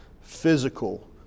physical